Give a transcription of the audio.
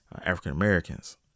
African-Americans